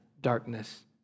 darkness